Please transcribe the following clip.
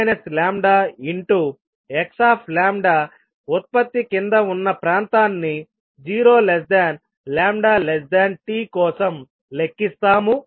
మనం ht λxλ ఉత్పత్తి క్రింద ఉన్న ప్రాంతాన్ని 0λt కోసం లెక్కిస్తాము